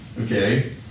Okay